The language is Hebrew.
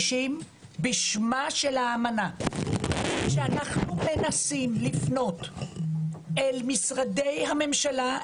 בשמה של האמנה כשאנחנו מנסים לפנות אל משרדי הממשלה,